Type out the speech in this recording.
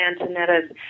Antonetta's